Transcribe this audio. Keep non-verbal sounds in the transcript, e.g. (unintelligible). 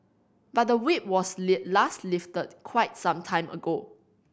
but the Whip was (unintelligible) last lifted quite some time ago